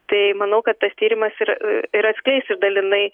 tai manau kad tas tyrimas ir ir atskleis dalinai